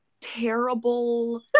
terrible